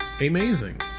Amazing